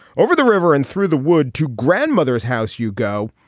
over the river and through the woods to grandmother's house you go.